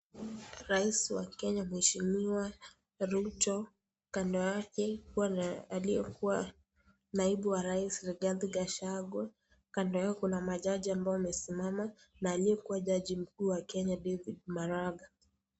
Rais wa Kenya mheshimiwa Ruto kando yake akiwa na aliyekuwa naibu wa rais Rigathi Gachagua kando yao kuna majaji ambao wamesimama na aliyekuwa jaji mkuu wa Kenya David Maraga.